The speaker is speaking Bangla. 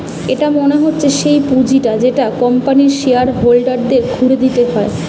এটা মনে হচ্ছে সেই পুঁজিটা যেটা কোম্পানির শেয়ার হোল্ডারদের ঘুরে দিতে হয়